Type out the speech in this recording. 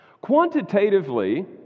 Quantitatively